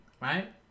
right